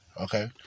Okay